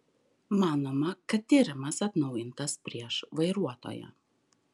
manoma kad tyrimas atnaujintas prieš vairuotoją